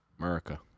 america